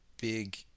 big